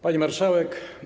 Pani Marszałek!